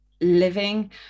living